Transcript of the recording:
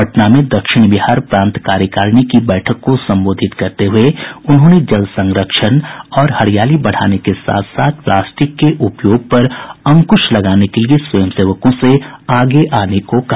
पटना में दक्षिण बिहार प्रांत कार्यकारिणी की बैठक को संबोधित करते हुए श्री भागवत ने जल संरक्षण और हरियाली बढ़ाने के साथ साथ प्लास्टिक के उपयोग पर अंक्श लगाने के लिए स्वयंसेवकों से आगे आने को कहा